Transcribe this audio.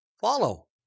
follow